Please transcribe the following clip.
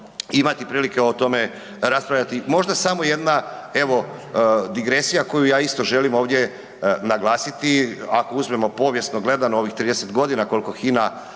imati priliku o tome raspravljati. Možda samo jedna evo, digresija koju ja isto želim ovdje naglasiti, ako uzmemo povijesno gledano ovih 30 godina koliko HINA